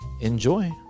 Enjoy